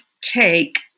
take